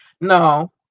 No